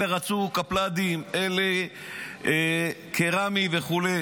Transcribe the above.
אלה רצו קפל"דים, אלה קרמי וכו'.